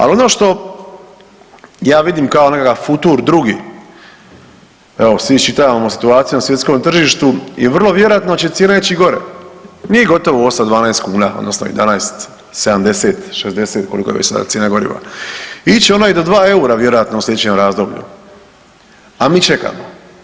Ali ono što ja vidim kao nekakav futur II., evo svi iščitavamo o situaciji na svjetskom tržištu i vrlo vjerojatno će cijene ići gore, nije gotovo 8, 12 kuna odnosno 11,70, 60 koliko je već sada cijena goriva, iće ono i do 2 eura vjerojatno u sljedećem razdoblju, a mi čekamo.